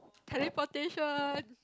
teleportation